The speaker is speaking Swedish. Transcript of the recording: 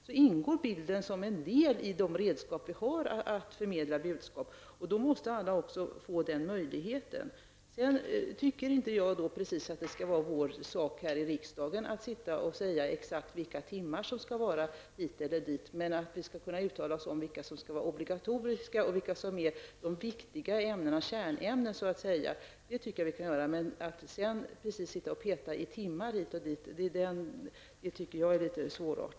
Där ingår bilden som en del i de redskap vi har att förmedla budskap med. Då måste alla få den här möjligheten. Sedan tycker jag inte att det skall vara vår sak här i riksdagen att sitta och diskutera hur många timmar det skall vara hit eller dit. Vi skall kunna uttala oss om vilka som skall vara obligatoriska och vilka ämnen som är viktiga, vilka som är kärnämnen. Det tycker jag att vi kan göra. Men att sitta och peta i timmar hit och dit tycker jag är litet svårt.